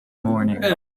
morning